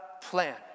plan